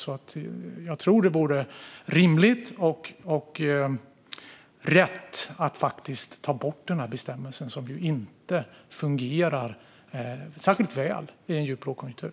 Jag tror alltså att det vore rimligt och rätt att ta bort bestämmelsen, som ju inte fungerar särskilt väl i en djup lågkonjunktur.